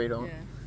ya